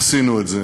עשינו את זה.